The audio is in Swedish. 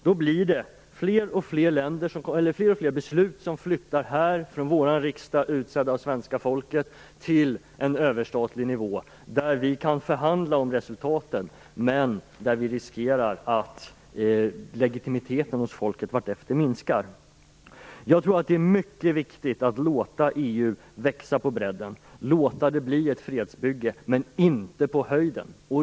Då blir det fler och fler beslut som flyttas från vår riksdag, utsedd av svenska folket, till en överstatlig nivå där vi kan förhandla om resultaten men där vi riskerar att legitimiteten hos folket minskar vartefter. Jag tror att det är mycket viktigt att låta EU växa på bredden, låta det bli ett fredsbygge, men inte på höjden.